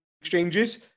exchanges